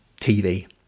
TV